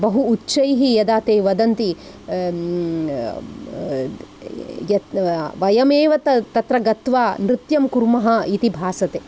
बहु उच्चैः यदा ते वदन्ति वयमेव तत्र गत्वा नृत्यं कुर्मः इति भासते